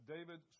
David